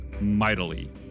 mightily